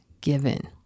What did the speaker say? given